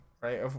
right